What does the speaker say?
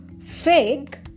fig